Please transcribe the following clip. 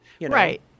Right